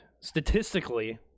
statistically